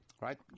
right